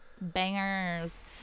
Bangers